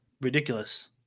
ridiculous